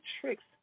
tricks